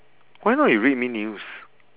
why not you read me news